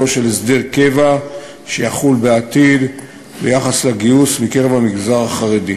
של הסדר קבע שיחול בעתיד ביחס לגיוס מקרב המגזר החרדי.